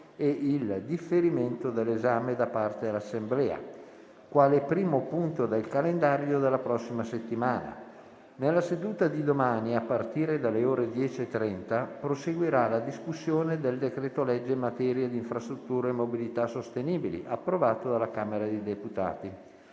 e il differimento dell'esame, da parte dell'Assemblea, quale primo punto del calendario della prossima settimana. Nella seduta di domani, a partire dalle ore 10,30, proseguirà la discussione del decreto-legge in materia di infrastrutture e mobilità sostenibili, approvato dalla Camera dei deputati.